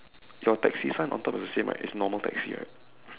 your taxi sign on top is the same right is normal taxi right